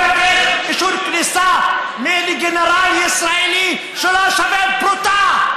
לבקש אישור כניסה מאיזה גנרל ישראלי שלא שווה פרוטה,